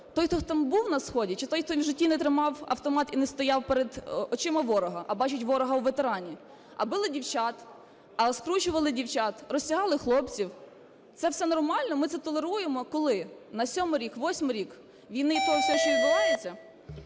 Той, хто там був на сході, чи той, хто в житті не тримав автомат і не стояв перед очима ворога? А бачать ворога у ветерані. А били дівчат. Скручували дівчат. Роздягали хлопців. Це все нормально? Ми це толеруємо коли – на 7-й рік, 8-й рік війни і того всього, що відбувається?